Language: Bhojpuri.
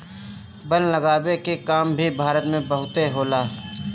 वन लगावे के काम भी भारत में बहुते होला